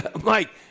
Mike